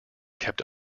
kept